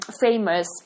famous